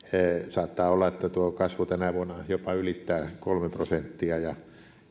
saattaa olla että tuo kasvu tänä vuonna jopa ylittää kolme prosenttia ja nämä